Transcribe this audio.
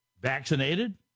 vaccinated